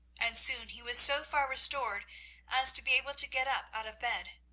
and soon he was so far restored as to be able to get up out of bed.